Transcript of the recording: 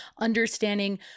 understanding